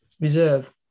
Reserve